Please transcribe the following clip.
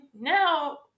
now